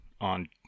on